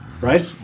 right